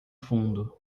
fundo